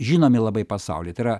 žinomi labai pasaulyje tai yra